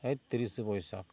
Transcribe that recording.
ᱮᱛᱤᱨᱤᱥᱮ ᱵᱟᱹᱭᱥᱟᱹᱠ